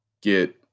get